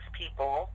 people